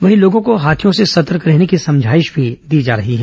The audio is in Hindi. वहीं लोगों को हाथियों से सतर्क रहने की समझाइश दी जा रही है